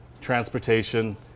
transportation